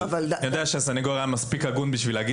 אני יודע שהסניגור מספיק הגון כדי להגיד